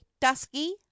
dusky